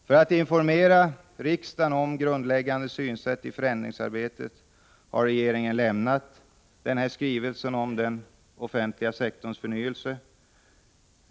För att informera riksdagen om grundläggande synsätt i förändringsarbetet har regeringen avlämnat skrivelsen om den offentliga sektorns förnyelse.